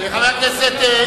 משפט, מסיים.